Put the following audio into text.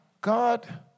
God